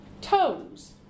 toes